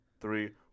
three